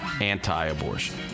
anti-abortion